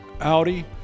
Audi